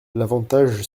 l’avantage